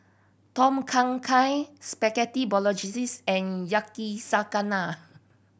Tom Kha Gai Spaghetti Bolognese and Yakizakana